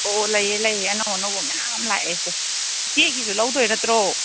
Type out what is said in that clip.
ꯑꯣ ꯂꯩꯌꯦ ꯂꯩꯌꯦ ꯑꯅꯧ ꯑꯅꯧꯕ ꯃꯌꯥꯝ ꯂꯥꯛꯑꯦꯁꯦ ꯏꯆꯦꯒꯤꯁꯨ ꯂꯧꯗꯣꯏ ꯅꯠꯇ꯭ꯔꯣ